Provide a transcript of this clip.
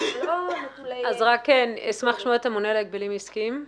אני אשמח לשמוע את הממונה על ההגבלים העסקיים.